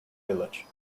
village